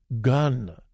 gun